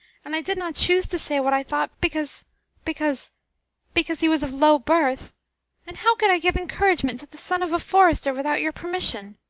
and i did not choose to say what i thought because because because he was of low birth and how could i give encouragement to the son of a forester without your permission?